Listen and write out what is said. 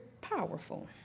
powerful